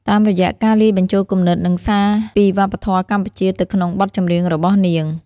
តាមរយៈការលាយបញ្ចូលគំនិតនិងសារពីវប្បធម៌កម្ពុជាទៅក្នុងបទចម្រៀងរបស់នាង។